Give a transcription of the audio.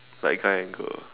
like guy and girl